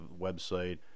website